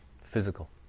physical